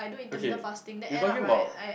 okay you talking about